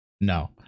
No